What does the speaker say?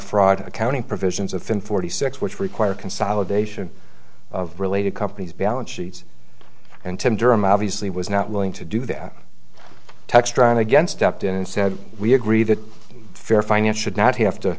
fraud accounting provisions of fin forty six which require consolidation of related companies balance sheets and tim durham obviously was not willing to do that textron against upton and said we agree that fair finance should not have to